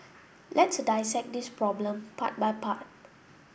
let's dissect this problem part by part